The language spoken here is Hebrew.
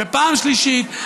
פעם שלישית,